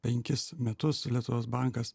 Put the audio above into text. penkis metus lietuvos bankas